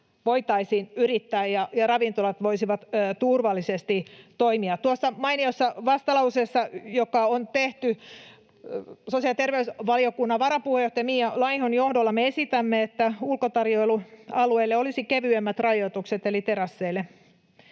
voitaisiin yrittää ja ravintolat voisivat turvallisesti toimia. Tuossa mainiossa vastalauseessa, joka on tehty sosiaali- ja terveysvaliokunnan varapuheenjohtajan Mia Laihon johdolla, me esitämme, että ulkotarjoilualueille eli terasseille